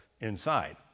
inside